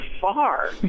far